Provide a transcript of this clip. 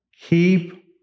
Keep